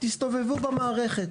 תסתובבו במערכת.